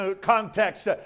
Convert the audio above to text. context